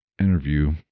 interview